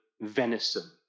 venison